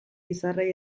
izarrei